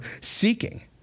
seeking